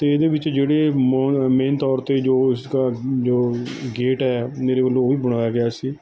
ਅਤੇ ਇਹਦੇ ਵਿੱਚ ਜਿਹੜੀ ਮੌਨ ਮੇਨ ਤੌਰ 'ਤੇ ਜੋ ਇਸਕਾ ਜੋ ਗੇਟ ਹੈ ਮੇਰੇ ਵੱਲੋਂ ਉਹ ਵੀ ਬਣਾਇਆ ਗਿਆ ਸੀ